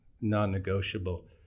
non-negotiable